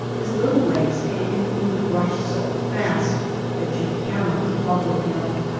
his little legs take him through the brush so fast that you cannot keep up with him.